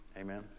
Amen